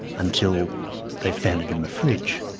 until they found it in my fridge.